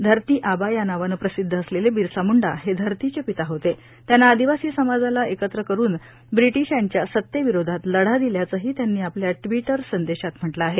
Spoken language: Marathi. धरती आबा या नावानं प्रसिद्ध असलेले बिरसा मुंडा हे धरतीचे पिता होते त्यांना आदिवासी समाजाला एकत्र करुन ब्रिटीशांच्या सत्तेविरोधात लढा दिल्याचंही त्यांनी आपल्या टि्वट संदेशात म्हटलं आहे